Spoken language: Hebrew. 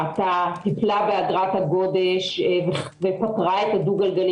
שמעה וטיפלה באגרת הגודש ופטרה את הדו גלגלי